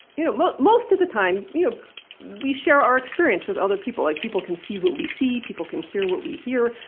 you know most most of the time you know we share our experience with other people like people can see what we see, people can hear what we hear,